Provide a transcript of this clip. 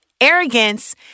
Arrogance